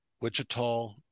Wichita